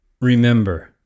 Remember